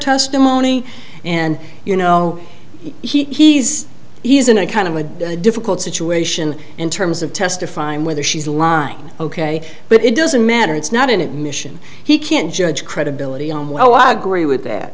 testimony and you know he's he's in a kind of a difficult situation in terms of testifying whether she's line ok but it doesn't matter it's not an admission he can't judge credibility on well i agree with that